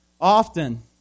Often